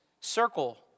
circle